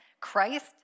Christ